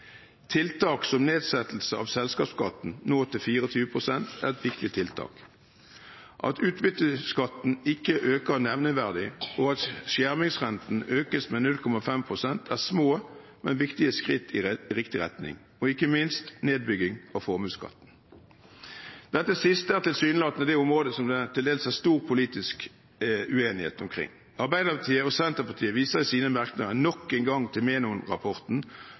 Tiltak som nedsettelse av selskapsskatten til 24 pst. er viktig. At utbytteskatten ikke øker nevneverdig, og at skjermingsrenten økes med 0,5 pst., er små, men viktige skritt i riktig retning – og ikke minst nedbygging av formuesskatten. Dette siste er tilsynelatende det området som det til dels er stor politisk uenighet omkring. Arbeiderpartiet og Senterpartiet viser i sine merknader nok engang til